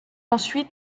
ensuite